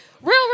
real